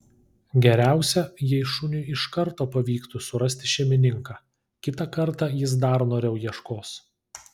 geriausia jei šuniui iš karto pavyktų surasti šeimininką kitą kartą jis dar noriau ieškos